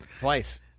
Twice